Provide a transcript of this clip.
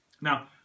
Now